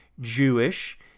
Jewish